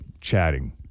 chatting